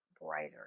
brighter